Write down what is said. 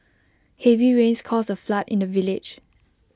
heavy rains caused A flood in the village